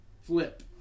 flip